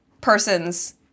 person's